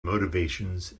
motivations